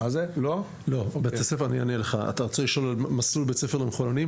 אתה שואל על מסלול בית ספר למחוננים?